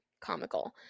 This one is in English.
comical